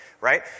right